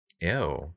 Ew